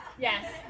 Yes